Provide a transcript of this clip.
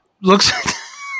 looks